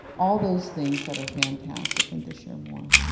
all those things that are fantastic and to share more.